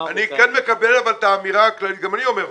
אני כן מקבל את האמירה הכללית וגם אני אומר אותה.